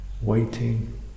waiting